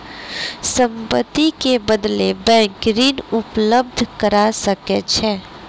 संपत्ति के बदले बैंक ऋण उपलब्ध करा सकै छै